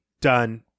done